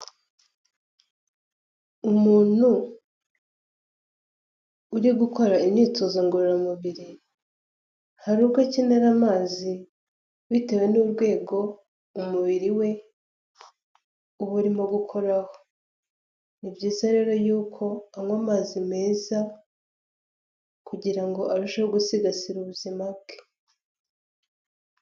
Umuntu uri gukora imyitozo ngororamubiri, hari ubwo akenera amazi bitewe n'urwego umubiri we uba urimo gukoraho, ni byiza rero y'uko anywa amazi meza kugira ngo arusheho gusigasira ubuzima bwe.